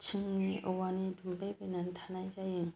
टिननि औवानि दुमबाय बायनानै थानाय जायो